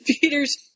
Peter's